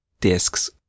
discs